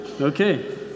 okay